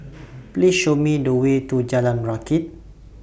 Please Show Me The Way to Jalan Rakit